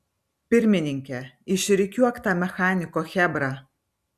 pirmininke išrikiuok tą mechaniko chebrą